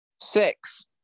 Six